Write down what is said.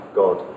god